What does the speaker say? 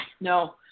No